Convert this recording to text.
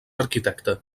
arquitecte